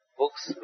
books